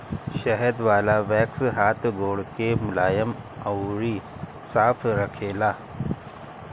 शहद वाला वैक्स हाथ गोड़ के मुलायम अउरी साफ़ रखेला